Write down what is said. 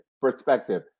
perspective